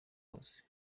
hose